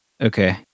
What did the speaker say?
Okay